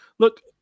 Look